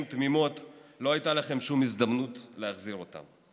תמימות לא הייתה לכם שום הזדמנות להחזיר אותם.